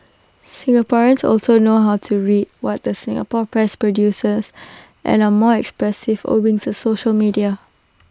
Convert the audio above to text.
Singaporeans also know how to read what the Singapore press produces and are more expressive owing to social media